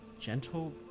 gentle